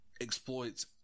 exploits